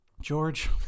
George